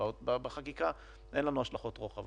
בחקיקה אין לנו השלכות רוחב.